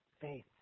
Faith